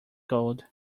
code